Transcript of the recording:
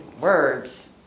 words